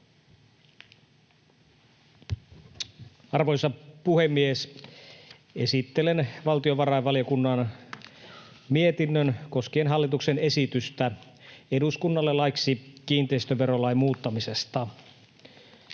Arvoisa puhemies! Esittelen valtiovarainvaliokunnan mietinnön koskien hallituksen esitystä eduskunnalle laiksi kiinteistöverolain muuttamisesta.